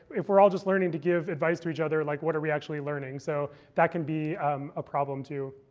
if we're all just learning to give advice to each other, like what are we actually learning? so that can be a problem, too.